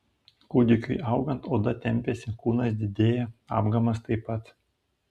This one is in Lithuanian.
kūdikiui augant oda tempiasi kūnas didėja apgamas taip pat